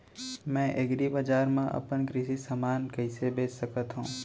मैं एग्रीबजार मा अपन कृषि समान कइसे बेच सकत हव?